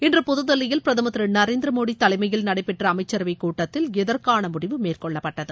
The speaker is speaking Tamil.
இன்று புதில்லியில் பிரதமர் திரு நரேந்திரமோடி தலைமையில் நடைபெற்ற அமம்சரவைக் கட்டத்தில் இதற்காள முடிவு மேற்னெள்ளப்பட்டது